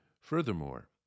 Furthermore